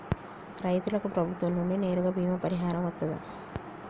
రైతులకు ప్రభుత్వం నుండి నేరుగా బీమా పరిహారం వత్తదా?